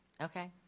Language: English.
okay